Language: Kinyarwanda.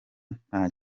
nta